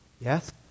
Yes